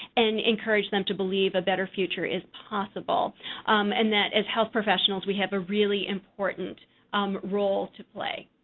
and encourage them to believe a better future is possible and that, as health professionals, we have a really important role to play.